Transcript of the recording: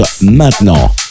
maintenant